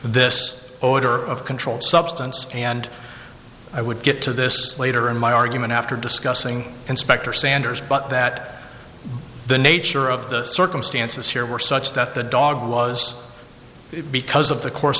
this odor of controlled substance and i would get to this later in my argument after discussing inspector sanders but that the nature of the circumstances here were such that the dog was because of the course